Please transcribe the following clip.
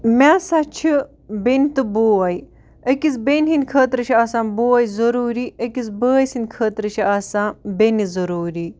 مےٚ ہسا چھِ بیٚنہِ تہٕ بوے أکِس بیٚنہِ ہِںٛدۍ خٲطرٕ چھِ آسان بوے ضٔروٗری أکِس بٲے سٕنٛدۍ خٲطرٕ چھِ آسان بیٚنہِ ضٔروٗری